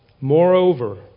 Moreover